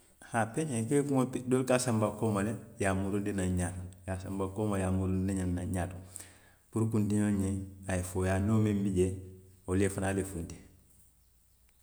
Haa peñee i ka i kuŋo peñee doolu ka sanba kooma i ye a muruundi naŋ ñaato, i ye a sanba kooma, i ye a muruundi naŋ ñaato puru kuntiñoo ñiŋ a ye fooyaa noo muŋ bi jee, wolu fanaa ye funti